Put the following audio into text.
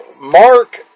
Mark